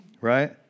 right